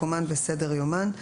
מקומן וסדר יומן,